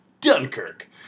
Dunkirk